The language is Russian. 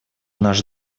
наш